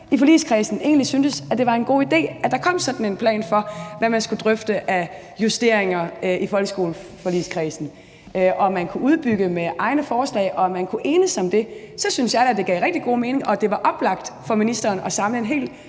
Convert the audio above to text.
i forligskredsen egentlig syntes, at det var en god idé, at der kom sådan en plan for, hvad man skulle drøfte af justeringer i folkeskoleforligskredsen, og hvis man kunne udbygge det med egne forslag og kunne enes om det, så synes jeg da, at det ville give rigtig god mening, og at det var oplagt for ministeren at samle en hel